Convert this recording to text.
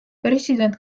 president